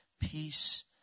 peace